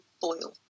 boil